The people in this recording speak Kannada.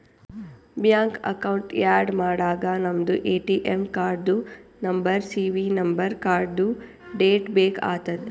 ಬ್ಯಾಂಕ್ ಅಕೌಂಟ್ ಆ್ಯಡ್ ಮಾಡಾಗ ನಮ್ದು ಎ.ಟಿ.ಎಮ್ ಕಾರ್ಡ್ದು ನಂಬರ್ ಸಿ.ವಿ ನಂಬರ್ ಕಾರ್ಡ್ದು ಡೇಟ್ ಬೇಕ್ ಆತದ್